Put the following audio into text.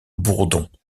bourdon